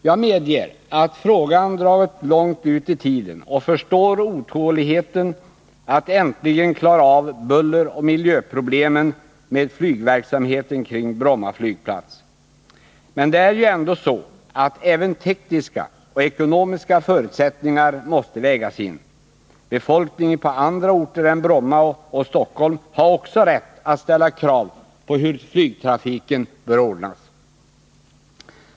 Jag medger att frågan dragit långt ut i tiden och förstår otåligheten att äntligen klara ut bulleroch miljöproblemen med flygverksamheten kring Bromma flygplats. Men det är ju ändå så att även tekniska och ekonomiska förutsättningar måste vägas in. Befolkningen på andra orter än Bromma och Stockholm har också rätt att ställa krav på hur flygtrafiken bör ordnas.